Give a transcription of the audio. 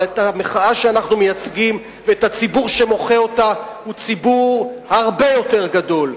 אבל המחאה שאנחנו מייצגים והציבור שמוחה אותה הוא ציבור הרבה יותר גדול.